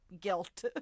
guilt